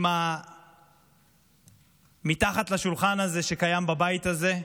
עם המתחת לשולחן הזה, שקיים בבית הזה.